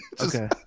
Okay